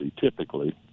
typically